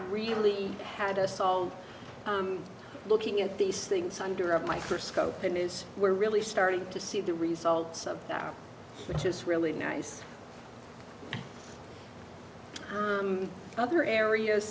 really had us all looking at these things under a microscope and is we're really starting to see the results of that which is really nice other areas